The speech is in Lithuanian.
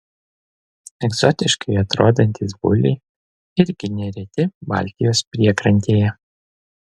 egzotiškai atrodantys builiai irgi nereti baltijos priekrantėje